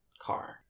Car